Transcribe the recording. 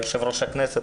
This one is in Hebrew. עם יושב-ראש הכנסת,